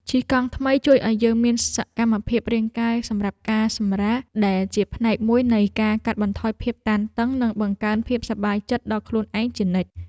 ជិះកង់ថ្មីជួយឱ្យយើងមានសកម្មភាពរាងកាយសម្រាប់ការសម្រាកដែលជាផ្នែកមួយនៃការកាត់បន្ថយភាពតានតឹងនិងបង្កើនភាពសប្បាយចិត្តដល់ខ្លួនឯងជានិច្ច។